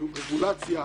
של רגולציה,